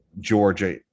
Georgia